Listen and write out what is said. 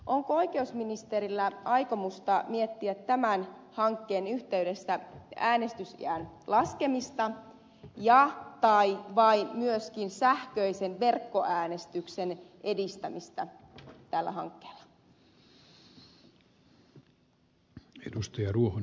onko oikeusministerillä aikomusta miettiä tämän hankkeen yhteydessä äänestysiän laskemista ja myöskin sähköisen verkkoäänestyksen edistämistä tällä hankkeella